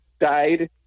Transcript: died